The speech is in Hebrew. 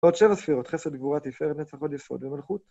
עוד שבע ספירות, חסד, גבורה, תפארת, נצח, הוד, יסוד ומלכות.